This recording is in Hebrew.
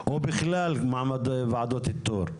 או בכלל מעמד ועדות איתור?